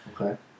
Okay